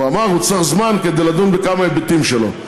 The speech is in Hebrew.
הוא אמר שהוא צריך זמן כדי לדון בכמה היבטים שלו.